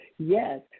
Yes